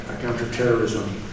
counter-terrorism